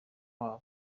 wabo